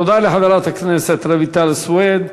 תודה לחברת הכנסת רויטל סויד.